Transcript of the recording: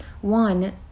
one